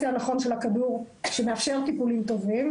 הנכון של הכדור שמאפשר טיפולים טובים,